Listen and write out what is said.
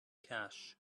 cash